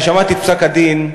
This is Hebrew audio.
כששמעתי את פסק-הדין,